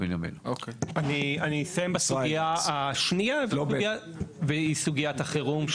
אני אסיים בסוגיה השנייה והיא סוגיית החירום,